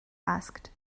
asked